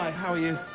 how are you?